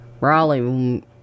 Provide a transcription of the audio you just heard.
Raleigh